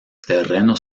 terrenos